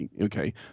Okay